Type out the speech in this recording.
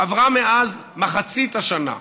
עברה מאז מחצית השנה,